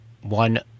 one